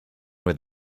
with